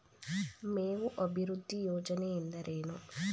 ಮೇವು ಅಭಿವೃದ್ಧಿ ಯೋಜನೆ ಎಂದರೇನು?